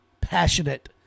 passionate